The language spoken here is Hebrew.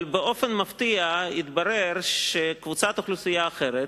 אבל באופן מפתיע התברר שקבוצת אוכלוסייה אחרת,